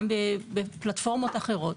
גם בפלטפורמות אחרות,